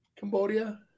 Cambodia